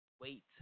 wait